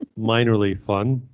and minorly fun.